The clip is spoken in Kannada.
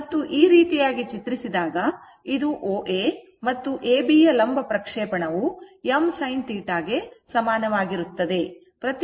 ಮತ್ತು ಈ ರೀತಿಯಾಗಿ ಚಿತ್ರಿಸಿದಾಗ ಇದು OA ಮತ್ತು AB ಯ ಲಂಬ ಪ್ರಕ್ಷೇಪಣವು m sin θ ಗೆ ಸಮಾನವಾಗಿರುತ್ತದೆ